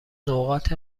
نقاط